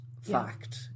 fact